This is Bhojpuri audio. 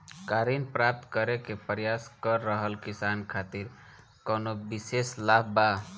का ऋण प्राप्त करे के प्रयास कर रहल किसान खातिर कउनो विशेष लाभ बा?